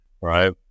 Right